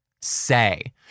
say